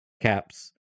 caps